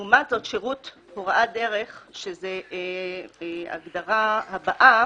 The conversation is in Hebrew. לעומת זאת, "שירות הוראת דרך", שזאת ההגדרה הבאה,